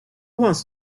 wants